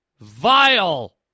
Vile